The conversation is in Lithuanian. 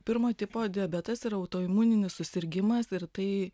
pirmo tipo diabetas ir autoimuninis susirgimas ir tai